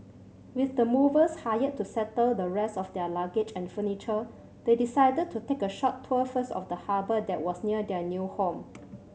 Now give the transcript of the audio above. with the movers hired to settle the rest of their luggage and furniture they decided to take a short tour first of the harbour that was near their new home